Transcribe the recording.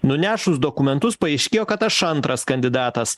nunešus dokumentus paaiškėjo kad aš antras kandidatas